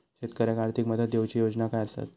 शेतकऱ्याक आर्थिक मदत देऊची योजना काय आसत?